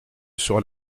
sur